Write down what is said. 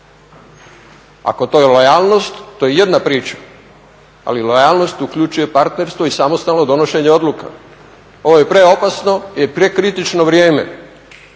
Ako je to lojalnost, to je jedna priča, ali lojalnost uključuje partnerstvo i samostalno donošenje odluka. Ovo je preopasno i prekritično vrijeme